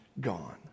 gone